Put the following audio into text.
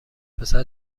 پسر